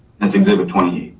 that's exhibit twenty eight.